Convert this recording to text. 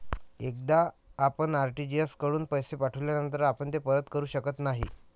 एकदा आपण आर.टी.जी.एस कडून पैसे पाठविल्यानंतर आपण ते परत करू शकत नाही